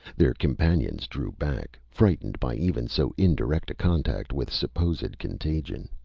their companions drew back, frightened by even so indirect a contact with supposed contagion.